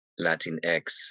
Latinx